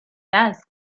asked